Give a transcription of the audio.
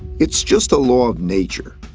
it's just a law of nature.